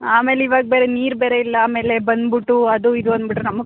ಆಮೇಲೆ ಇವಾಗ ಬೇರೆ ನೀರು ಬೇರೆ ಇಲ್ಲ ಆಮೇಲೆ ಬಂದ್ಬಿಟ್ಟು ಅದು ಇದು ಅಂದ್ಬಿಟ್ರೆ ನಮ್ಗೆ